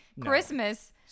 Christmas